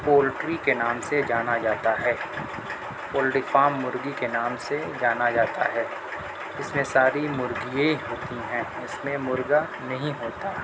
poultry کے نام سے جانا جاتا ہے پولٹری فارم مرغی کے نام سے جانا جاتا ہے اس میں ساری مرغی ہی ہوتی ہیں اس میں مرغہ نہیں ہوتا